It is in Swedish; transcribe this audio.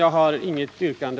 Jag har inget yrkande.